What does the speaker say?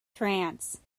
trance